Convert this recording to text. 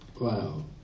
Wow